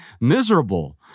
miserable